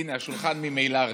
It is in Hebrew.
הינה, השולחן ממילא ריק.